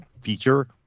feature